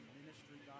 ministry